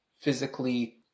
physically